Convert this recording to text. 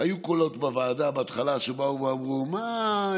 היו קולות בוועדה בהתחלה שבאו ואמרו: מה,